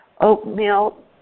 Oatmeal